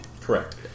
Correct